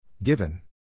Given